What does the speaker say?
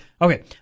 okay